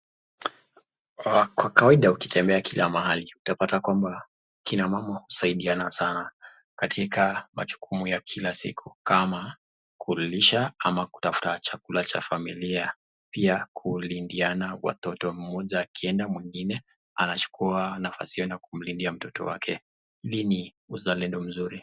Kwa kawaida ukitembea kila mahali utapata kwamba kina mama husaidiana sana katika majukumu ya kila siku kama kulisha ama kutafuta chakula cha familia. Pia kulindiana watoto, mmoja akienda mwingine anachukua nafasi hiyo na kumlindia mtoto wake. Hii ni uzalendo mzuri.